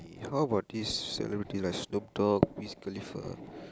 how about this celebrity like Snopp-Dogg Wiz-Khalifa